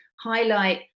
highlight